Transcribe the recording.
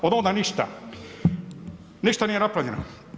Od onda ništa, ništa nije napravljeno.